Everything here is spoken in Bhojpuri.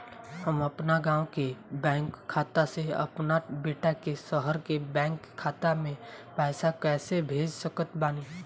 हम अपना गाँव के बैंक खाता से अपना बेटा के शहर के बैंक खाता मे पैसा कैसे भेज सकत बानी?